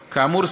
כאמור,